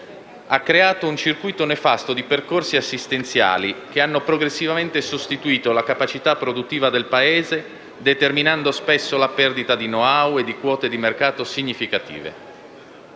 ha creato un circuito nefasto di percorsi assistenziali che hanno progressivamente sostituito la capacità produttiva del Paese determinando spesso la perdita di *know-how* e di quote di mercato significative.